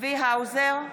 צבי האוזר,